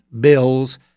bills